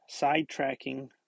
sidetracking